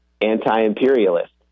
anti-imperialist